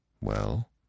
Well